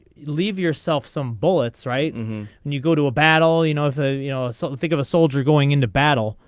leave yourself some bullets righten and you go to a battle you know if ah you know something of a soldier going into battle.